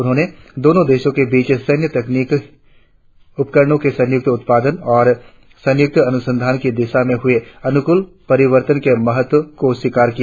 उन्होंने दोनो देशो के बीच सैन्य तकनीकी उपकरणो के संयुक्त उत्पादन और संयुक्त अनुसंधान की दिशा में हुए अनुकूल परिवर्तन के महत्व को स्वीकार किया